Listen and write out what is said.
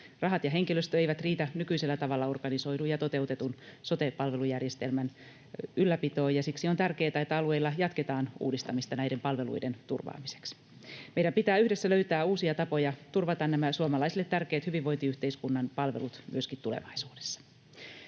Rahat ja henkilöstö eivät riitä nykyisellä tavalla organisoidun ja toteutetun sote-palvelujärjestelmän ylläpitoon. Siksi on tärkeätä, että alueilla jatketaan uudistamista näiden palveluiden turvaamiseksi. Meidän pitää yhdessä löytää uusia tapoja turvata nämä suomalaisille tärkeät hyvinvointiyhteiskunnan palvelut myöskin tulevaisuudessa.